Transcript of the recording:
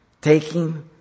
taking